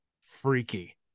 freaky